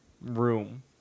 room